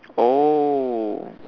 oh